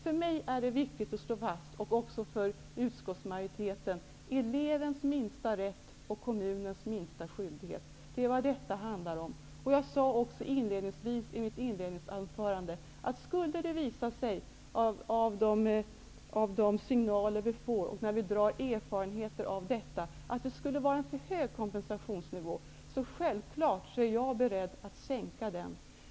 För mig och även för utskottsmajoriteten är det viktigt att slå fast elevens minsta rätt och kommunens minsta skyldighet. Det är vad detta handlar om. Jag sade också i början av mitt inledningsanförande, att om det skulle visa sig av de signaler vi får, och de slutsatser vi drar av detta, att kompensationsnivån är för hög, är jag självfallet beredd att sänka den.